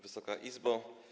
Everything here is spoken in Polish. Wysoka Izbo!